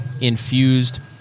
infused